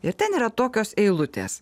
ir ten yra tokios eilutės